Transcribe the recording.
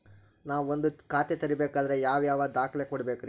ನಾನ ಒಂದ್ ಖಾತೆ ತೆರಿಬೇಕಾದ್ರೆ ಯಾವ್ಯಾವ ದಾಖಲೆ ಕೊಡ್ಬೇಕ್ರಿ?